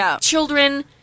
children